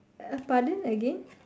uh pardon again